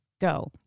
go